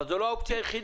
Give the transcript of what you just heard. אבל זו לא האופציה היחידה,